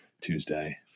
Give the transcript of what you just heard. Tuesday